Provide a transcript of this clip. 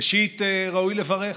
ראשית, ראוי לברך.